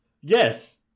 Yes